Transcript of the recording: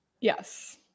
Yes